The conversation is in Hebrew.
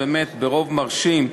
שבאמת ברוב מרשים,